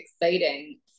exciting